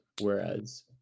Whereas